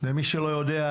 למי שלא יודע,